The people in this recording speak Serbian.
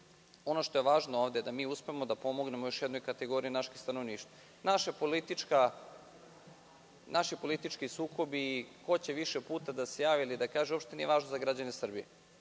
ono što je ovde važno to je da mi uspemo da pomognemo još jednoj kategoriji našeg stanovništva. Naši politički sukobi i ko će više puta da se javi ili da kaže uopšte nije važno za građane Srbije.